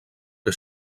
que